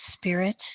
spirit